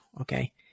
Okay